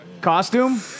Costume